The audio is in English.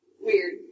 weird